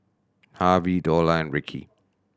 Harvey Dorla and Rickey